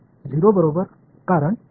மாணவர் 0